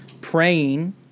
praying